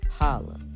Holla